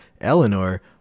Eleanor